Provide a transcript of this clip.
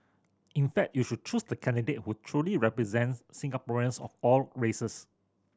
in fact you should choose the candidate who truly represents Singaporeans of all races